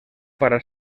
para